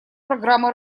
программы